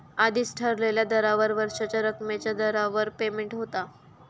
आधीच ठरलेल्या दरावर वर्षाच्या रकमेच्या दरावर पेमेंट होता